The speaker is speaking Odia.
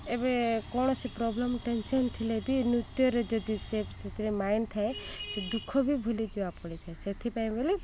ଏବେ କୌଣସି ପ୍ରୋବ୍ଲେମ୍ ଟେନସନ୍ ଥିଲେ ବି ନୃତ୍ୟରେ ଯଦି ସେ ସେଥିରେ ମାଇଣ୍ଡ ଥାଏ ସେ ଦୁଃଖ ବି ଭୁଲିଯିବା ପଡ଼ିଥାଏ ସେଥିପାଇଁ ବୋଲି